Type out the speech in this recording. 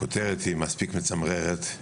הכותרת היא מספיק מצמררת.